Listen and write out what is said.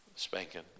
spanking